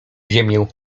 ziemię